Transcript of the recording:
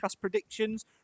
predictions